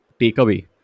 takeaway